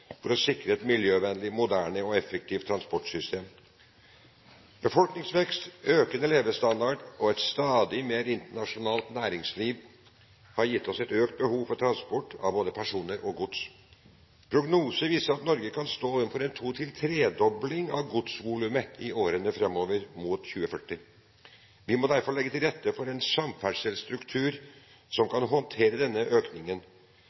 for å sikre et miljøvennlig, moderne og effektivt transportsystem. Befolkningsvekst, økende levestandard og et stadig mer internasjonalt næringsliv har gitt oss et økt behov for transport av både personer og gods. Prognoser viser at Norge kan stå overfor en to–tredobling av godsvolumet i årene framover mot 2040. Vi må derfor legge til rette for en samferdselsstruktur som kan håndtere denne økningen.